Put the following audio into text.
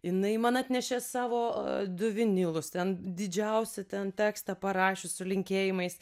jinai man atnešė savo du vinilus ten didžiausią ten tekstą parašius su linkėjimais